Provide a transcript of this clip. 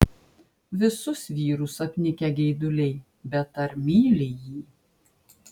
visus vyrus apnikę geiduliai bet ar myli jį